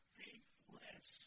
faithless